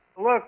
look